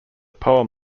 poem